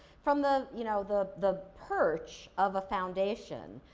from the, you know, the the perch of a foundation,